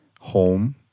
home